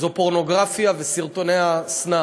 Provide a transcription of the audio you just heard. זו פורנוגרפיה וסרטוני ה"סנאף".